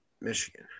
Michigan